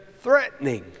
threatening